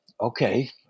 okay